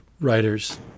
writers